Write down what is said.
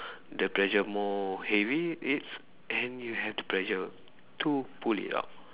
the pressure more heavy it's and you have the pressure to pull it out